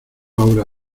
obra